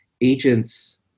agents